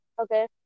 Okay